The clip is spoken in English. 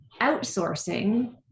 outsourcing